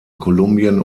kolumbien